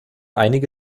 einige